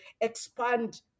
expand